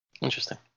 Interesting